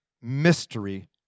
mystery